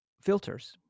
filters